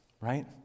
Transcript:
Right